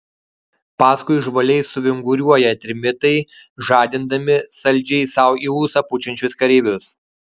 paskui žvaliai suvinguriuoja trimitai žadindami saldžiai sau į ūsą pučiančius kareivius